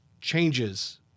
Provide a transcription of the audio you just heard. changes